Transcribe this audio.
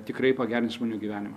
tikrai pagerins žmonių gyvenimą